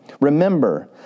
Remember